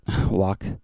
walk